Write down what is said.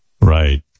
Right